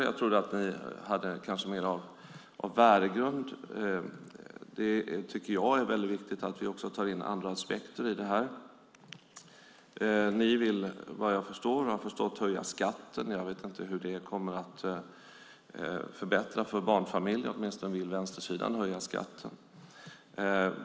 Jag trodde att ni hade mer av en värdegrund. Det tycker jag är viktigt, och det är viktigt att vi också tar in andra aspekter i detta. Ni vill, vad jag har förstått, höja skatten. Åtminstone vill vänstersidan göra det. Jag vet inte hur det kommer att förbättra för barnfamiljer.